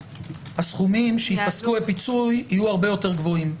הסכומים שייפסקו לפיצוי יהיו הרבה יותר גבוהים.